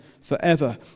forever